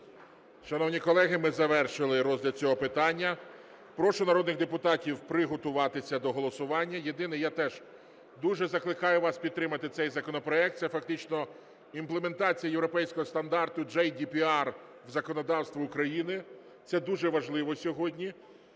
Шановні колеги, ми завершили розгляд цього питання. Прошу народних депутатів приготуватися до голосування. Єдине, я теж дуже закликаю вас підтримати цей законопроект, це фактично імплементація європейського стандарту GDPR в законодавство України, це дуже важливо сьогодні.